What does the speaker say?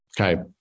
Okay